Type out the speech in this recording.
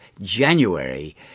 January